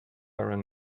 iron